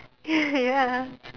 ya